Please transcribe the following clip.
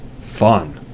fun